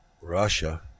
Russia